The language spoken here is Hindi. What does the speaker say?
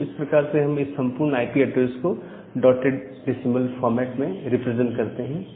तो इस प्रकार से हम इस संपूर्ण आईपी ऐड्रेस को डॉटेड डेसिमल फॉर्मेट में रिप्रेजेंट करते हैं